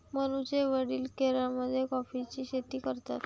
मनूचे वडील केरळमध्ये कॉफीची शेती करतात